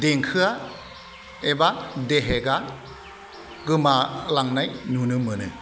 देंखोआ एबा देहेगा गोमालांनाय नुनो मोनो